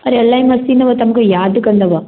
अरे इलाही मस्तु थींदव तव्हां मूंखे यादि कंदव